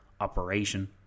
operation